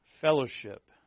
fellowship